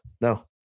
No